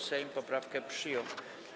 Sejm poprawkę przyjął.